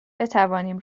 بتوانیم